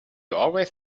always